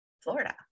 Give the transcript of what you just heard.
Florida